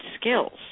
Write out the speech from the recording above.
skills